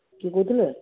କିଏ କହୁଥିଲେ